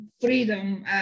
freedom